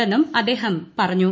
ന്നും അദ്ദേഹം പറഞ്ഞു